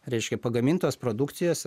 reiškia pagamintos produkcijos